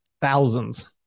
thousands